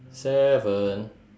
seven